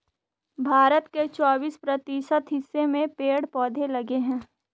भारत के चौबिस प्रतिशत हिस्से में पेड़ पौधे लगे हैं